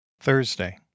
Thursday